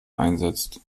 einsetzt